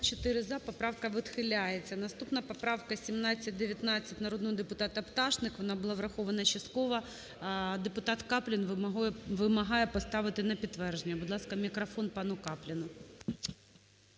За-34 Поправка відхиляється. Наступна поправка - 1719 народного депутата Пташник. Вона була врахована частково. Депутат Каплін вимагає поставити на підтвердження. Будь ласка, мікрофон пану Капліну.